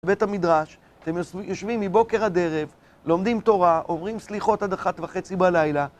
בית המדרש, אתם יושבים מבוקר עד ערב, לומדים תורה, אומרים סליחות עד אחת וחצי בלילה.